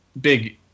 big